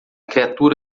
criatura